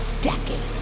Decades